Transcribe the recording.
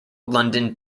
london